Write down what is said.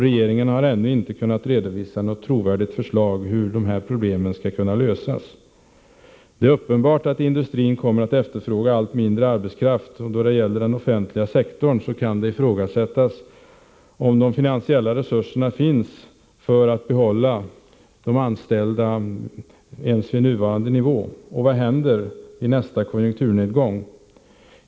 Regeringen har ännu inte kunnat redovisa något trovärdigt förslag till hur de problemen skall kunna lösas. Det är uppenbart att industrins efterfrågan på arbetskraft kommer att bli allt mindre, och då det gäller den offentliga sektorn kan det ifrågasättas om de finansiella resurserna finns att behålla antalet anställda ens på nuvarande nivå. Och vad händer vid nästa konjunkturnedgång?